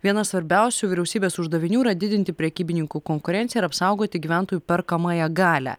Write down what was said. vienas svarbiausių vyriausybės uždavinių yra didinti prekybininkų konkurenciją ir apsaugoti gyventojų perkamąją galią